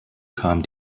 kam